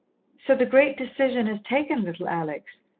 so the great decision is taken, little alex.